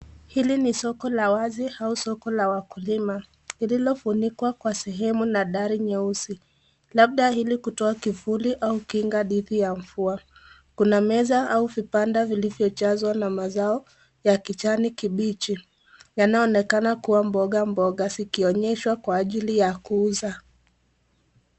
Hili ni soko la wazi au soko la wakulima lililofunikwa kwa sehemu na dari nyeusi, labda ili kutoa kivuli au kinga dhidi ya mvua. Kuna meza au vipanda vilivyojazwa na mazao ya kijani kibichi, yanaonekana kuwa mboga mboga zikionyeshwa kwa ajili ya kuuza.